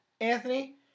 Anthony